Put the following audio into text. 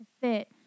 fit